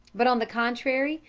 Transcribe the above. but, on the contrary,